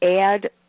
add